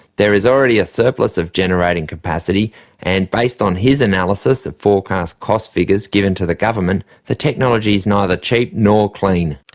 there is already a surplus of generating capacity and, based on his analysis of forecast cost figures given to the government, the technology is neither cheap nor clean.